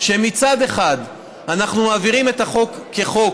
שמצד אחד אנחנו מעבירים את החוק כחוק